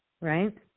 right